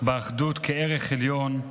באחדות כערך עליון.